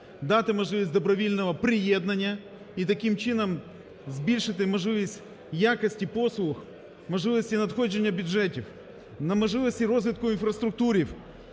дати можливість добровільного приєднання і таким чином збільшити можливість якості послуг, можливості надходження бюджетів на можливості розвитку інфраструктури